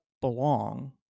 belong